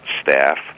staff